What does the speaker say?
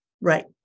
Right